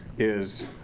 is